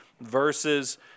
versus